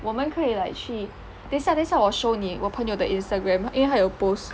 我们可以 like 去等下等下我 show 你我朋友的 instagram 因为他有 post